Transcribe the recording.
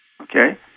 Okay